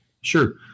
Sure